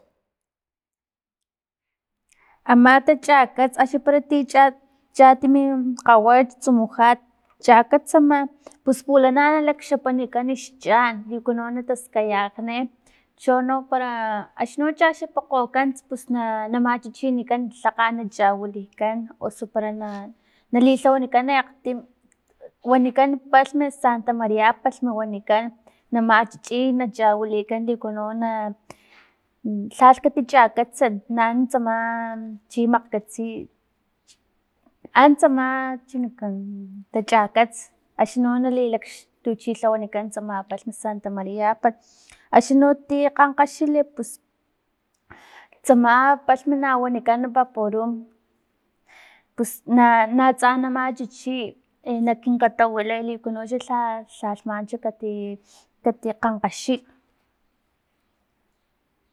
Ama tachakats axni para ti cha cha timi kgawach tsumujat chakatsama pus pulana nalakxapanikan xchan liuku no na taskayajni chono para axno chaxapakgokgan pus na machichinikan tlakgat na chawilikan osu para na nalixawanikan akgtim wanikan palhma santamaria palhm mariapalhm wanikan namachichit i nachawilikan likuno na lhalh katichakatsant nanuntsa tsama chi makgatsiy an tsama chinakuaniyan tachakats akxnino nali tuchilhawanikan tsama palhm santamariapalhm axni no ti kgankgaxili pus tsama palhm na wanikan vapurum pus na natsa na machichit i na kinkatawilay liku no xa lha lhamanchu kati kati kgankgaxil